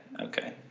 Okay